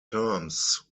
terms